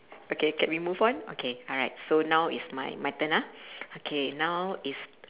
okay can we move on okay alright so now it's my my turn ah okay now is